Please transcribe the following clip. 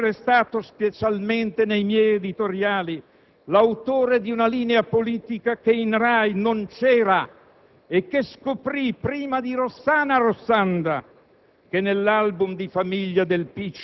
onorevoli colleghi, di essere stato, specialmente nei miei editoriali, l'autore di una linea politica che in RAI non c'era e che scoprì prima di Rossana Rossanda